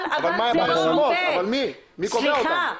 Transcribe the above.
אבל מה עם הרשימות, מי קובע אותן?